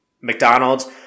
McDonald's